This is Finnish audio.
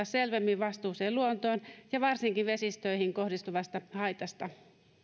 selvemmin vastuuseen luontoon ja varsinkin vesistöihin kohdistuvasta haitasta